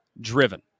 driven